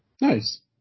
Nice